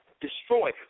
destroy